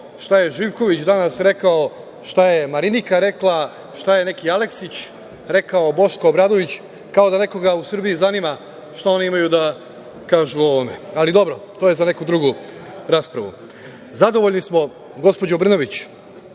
šta je Živković danas rekao, šta je Marinika rekla, šta je neki Aleksić rekao, Boško Obradović, kao da nekoga u Srbiji zanima šta oni imaju da kažu o ovome. Ali, dobro, to je za neku drugu raspravu. Zadovoljni smo, gospođo Brnabić,